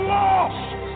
lost